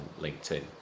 LinkedIn